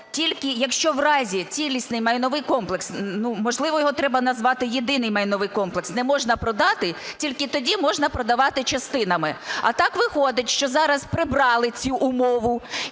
тільки якщо в разі цілісний майновий комплекс (ну, можливо, його треба назвати "єдиний майновий комплекс") не можна продати, тільки тоді можна продавати частинами. А так виходить, що зараз прибрали цю умову